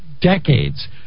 decades